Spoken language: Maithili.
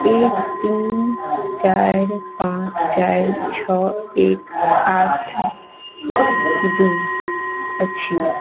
एक तीन चारि पाँच चारि छओ एक आठ दुइ अछि